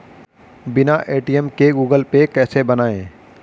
बिना ए.टी.एम के Google Pay कैसे बनायें?